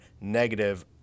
negative